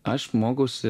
aš mokausi